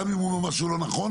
גם אם הוא אומר משהו לא נכון,